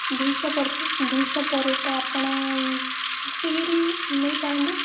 ଦୁଇଶହ ପର ଦୁଇଶହ ପରେ ତ ଆପଣ ଆସିକିରି ନେଇପାରନ୍ତି